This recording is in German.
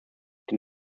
den